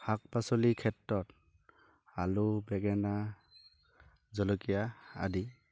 শাক পাচলিৰ ক্ষেত্ৰত আলু বেঙেনা জলকীয়া আদি